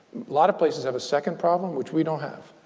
lot of places have a second problem, which we don't have.